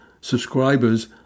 subscribers